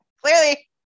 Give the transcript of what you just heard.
Clearly